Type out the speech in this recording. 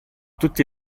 tutti